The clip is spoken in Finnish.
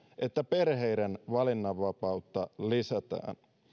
että perheiden valinnanvapautta lisätään